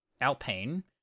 Alpine